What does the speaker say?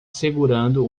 segurando